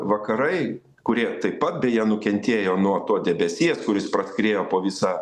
vakarai kurie taip pat beje nukentėjo nuo to debesies kuris praskriejo po visą